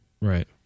Right